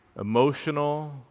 emotional